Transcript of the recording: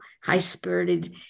high-spirited